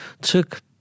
took